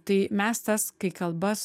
tai mes tas kai kalbas